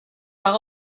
par